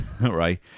right